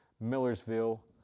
Millersville